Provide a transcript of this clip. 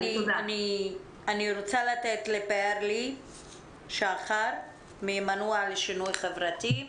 אני רוצה לתת לפאר לי שחר ממנוע לשינוי חברתי.